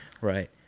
right